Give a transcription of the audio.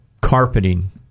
carpeting